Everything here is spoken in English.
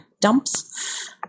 dumps